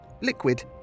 liquid